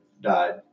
died